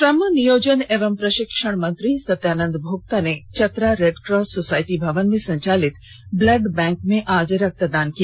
श्रम नियोजन एवं प्रशिक्षण मंत्री सत्यानंद भोक्ता ने चतरा रेडक्रॉस सोसायटी भवन में संचालित ब्लड बैंक में आज रक्तदान किया